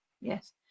Yes